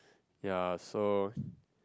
ya so